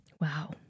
Wow